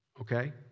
okay